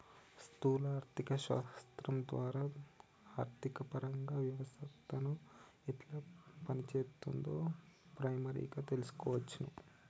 స్థూల ఆర్థిక శాస్త్రం ద్వారా ఆర్థికపరంగా వ్యవస్థను ఎట్లా పనిచేత్తుందో ప్రైమరీగా తెల్సుకోవచ్చును